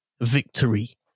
victory